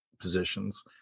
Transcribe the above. positions